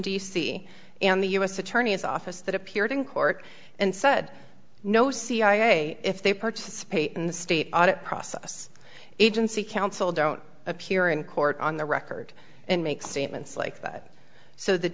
c and the u s attorney's office that appeared in court and said no cia if they participate in the state audit process agency counsel don't appear in court on the record and make statements like that so th